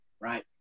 right